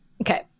okay